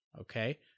Okay